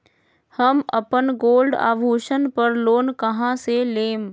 हम अपन गोल्ड आभूषण पर लोन कहां से लेम?